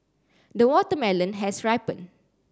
the watermelon has ripened